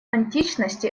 античности